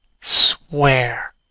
swear